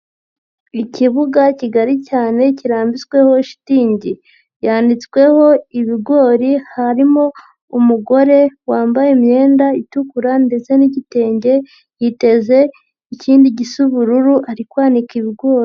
Ikibuga kigari cyane kirambitsweho shitingi yanitsweho ibigori, harimo umugore wambaye imyenda itukura ndetse n'igitenge yiteze, ikindi gisa ubururu ari kwanika ibigori.